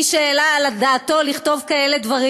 מי שהעלה על דעתו לכתוב כאלה דברים.